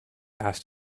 asked